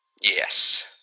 Yes